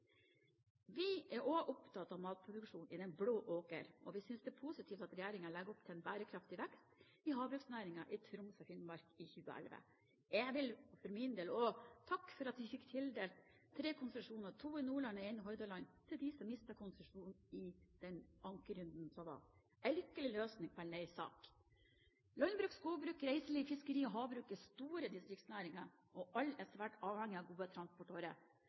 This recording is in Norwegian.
Vi er også opptatt av matproduksjonen i «den blå åkeren», og vi synes det er positivt at regjeringen legger opp til en bærekraftig vekst i havbruksnæringen i Troms og Finnmark i 2011. Jeg vil for min del også takke for at vi fikk tildelt tre konsesjoner, to i Nordland og en i Hordaland, til dem som mistet konsesjonen i den ankerunden som var – en lykkelig løsning på en lei sak. Landbruk, skogbruk, reiseliv, fiskeri og havbruk er store distriktsnæringer, og alle er svært avhengige av gode